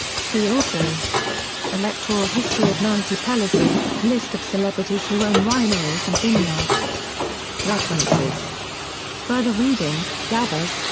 see also electoral history of nancy pelosi list of celebrities who own wineries and vineyards references further reading dabbous,